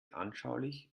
anschaulich